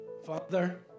Father